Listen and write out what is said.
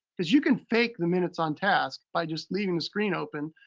because you can fake the minutes on task by just leaving the screen open.